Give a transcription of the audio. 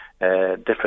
different